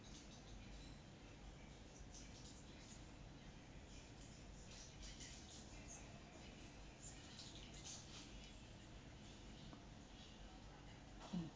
mm